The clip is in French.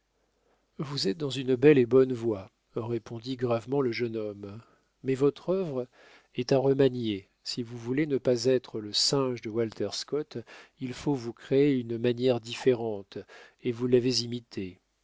vous êtes dans une belle et bonne voie répondit gravement le jeune homme mais votre œuvre est à remanier si vous voulez ne pas être le singe de walter scott il faut vous créer une manière différente et vous l'avez imité